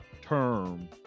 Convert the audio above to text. term